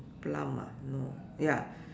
plum ah no ya